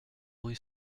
rue